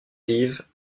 live